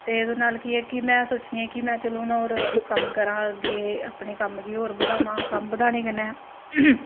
ते ओह्दे नाल केह् ऐ कि में सोचनी आं कि महां चलो हून होर कम्म करां अग्गें अपने कम्म गी होर बधामां कम्म बधाने कन्नै